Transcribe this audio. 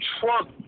Trump